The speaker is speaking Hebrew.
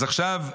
אז עכשיו,